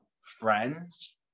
friends